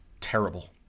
terrible